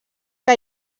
que